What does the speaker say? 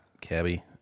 Cabby